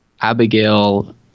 Abigail